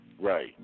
Right